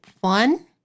one